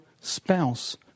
spouse